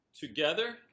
Together